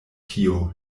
tio